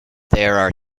there